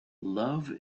love